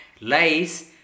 lies